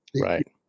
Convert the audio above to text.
Right